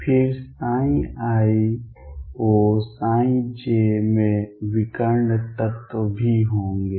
फिर ⟨iOj⟩ में विकर्ण तत्व भी होंगे